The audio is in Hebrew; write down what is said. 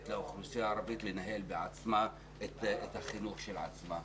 לאוכלוסייה הערבית לנהל בעצמה את החינוך של עצמה.